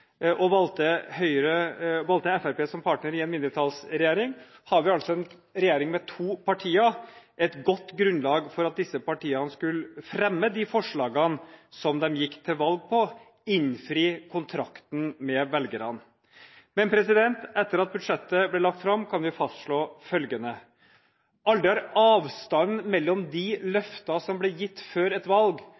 og valgte Fremskrittspartiet som partner i en mindretallsregjering, har vi altså en regjering med to partier – et godt grunnlag for at disse partiene skulle fremme de forslagene som de gikk til valg på, og innfri kontrakten med velgerne. Men etter at budsjettet ble lagt fram, kan vi fastslå følgende: Aldri har avstanden mellom de løftene som ble gitt før et valg,